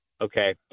Okay